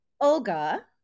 Olga